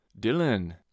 Dylan